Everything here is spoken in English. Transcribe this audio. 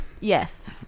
Yes